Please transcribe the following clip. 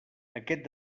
aquest